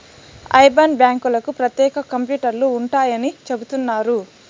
IBAN బ్యాంకులకు ప్రత్యేక కంప్యూటర్లు ఉంటాయని చెబుతున్నారు